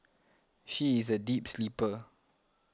she is a deep sleeper